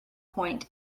point